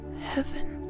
heaven